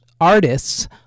artists